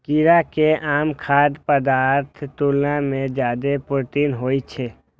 कीड़ा मे आम खाद्य पदार्थक तुलना मे जादे प्रोटीन होइ छै